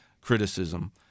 criticism